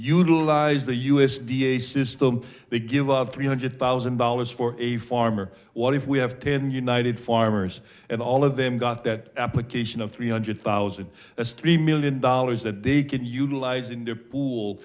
utilize the u s d a system they give of three hundred thousand dollars for a farmer what if we have ten united farmers and all of them got that application of three hundred thousand as three million dollars that they could utilize in the pool